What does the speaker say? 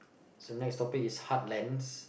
so next topic is heartlands